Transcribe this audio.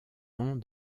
ans